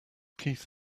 keith